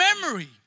memory